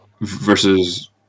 versus